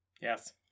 Yes